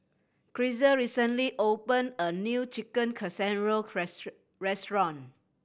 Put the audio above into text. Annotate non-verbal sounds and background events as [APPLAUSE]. Grisel recently opened a new Chicken Casserole [UNINTELLIGIBLE] restaurant